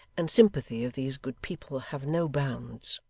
and sympathy of these good people have no bounds